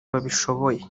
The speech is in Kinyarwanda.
babishoboye